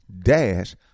dash